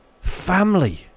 Family